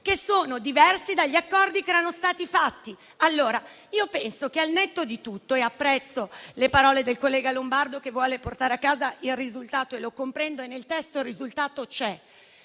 che sono diversi dagli accordi che erano stati fatti. Allora, io penso che al netto di tutto - e apprezzo le parole del collega Lombardo, che vuole portare a casa il risultato, e lo comprendo, perché nel testo il risultato c'è